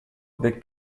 del